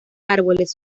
árboles